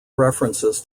references